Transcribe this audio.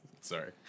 Sorry